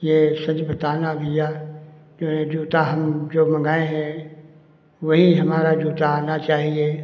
ये सच बताना भइया जो है जूता हम जो मँगाए हैं वही हमारा जूता आना चाहिए